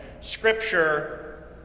Scripture